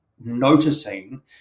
noticing